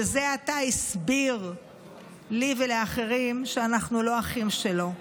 שזה עתה הסביר לי ולאחרים שאנחנו לא אחים שלו,